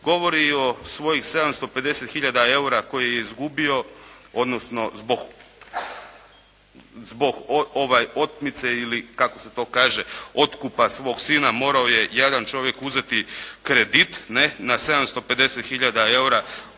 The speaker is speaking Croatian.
Govori i o svojih 750 hiljada eura koje je izgubio, odnosno zbog otmice ili kako se to kaže otkupa svog sina morao je jadan čovjek uzeti kredit, ne, na 750 hiljada eura kojeg